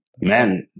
Man